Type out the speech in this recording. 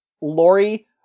Lori